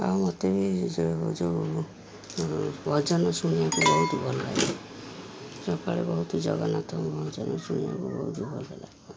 ଆଉ ମୋତେ ବି ଯେଉଁ ଯେଉଁ ଭଜନ ଶୁଣିବାକୁ ବହୁତ ଭଲଲାଗେ ସକାଳେ ବହୁତ ଜଗନ୍ନାଥ ଭଜନ ଶୁଣିବାକୁ ବହୁତ ଭଲଲାଗେ